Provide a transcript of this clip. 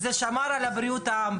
זה שמר על בריאות העם.